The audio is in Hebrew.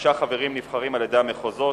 חמישה חברים נבחרים על-ידי המחוזות,